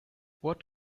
what